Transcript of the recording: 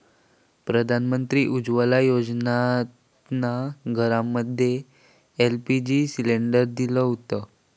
प्रधानमंत्री उज्ज्वला योजनेतना घरांमध्ये एल.पी.जी सिलेंडर दिले हुते